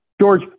George